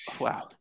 wow